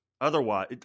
otherwise